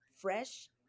fresh